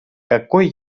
какой